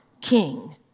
king